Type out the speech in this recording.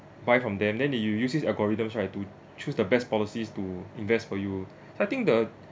buy from them and then they you use this algorithms right to choose the best policies to invest for you I think the